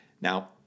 Now